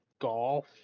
golf